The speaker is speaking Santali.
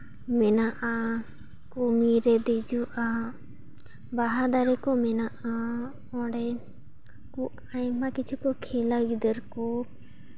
ᱢᱮᱱᱟᱜᱼᱟ ᱠᱚ ᱧᱤᱨ ᱫᱮᱡᱚᱜᱼᱟ ᱵᱟᱦᱟ ᱫᱟᱨᱮ ᱠᱚ ᱢᱮᱱᱟᱜᱼᱟ ᱚᱸᱰᱮ ᱠᱩ ᱟᱭᱢᱟ ᱠᱤᱪᱷᱩ ᱠᱚ ᱠᱷᱮᱞᱟ ᱜᱤᱫᱟᱹᱨ ᱠᱩ